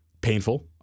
painful